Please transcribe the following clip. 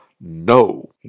no